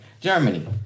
Germany